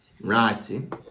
writing